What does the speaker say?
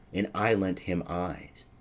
and i lent him eyes.